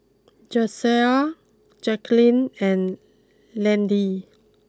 Jasiah Jaquelin and Landyn